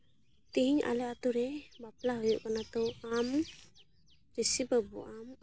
ᱛᱮᱦᱤᱧ ᱟᱞᱮ ᱟᱛᱳ ᱨᱮ ᱵᱟᱯᱞᱟ ᱦᱩᱭᱩᱜ ᱠᱟᱱᱟ ᱛᱳ ᱟᱢ ᱨᱤᱥᱤ ᱵᱟᱹᱵᱩ ᱟᱢ